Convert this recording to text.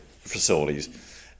facilities